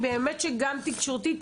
באמת שגם תקשורתית.